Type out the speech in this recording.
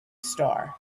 star